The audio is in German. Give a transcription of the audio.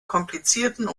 komplizierten